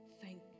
Thank